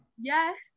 yes